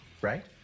right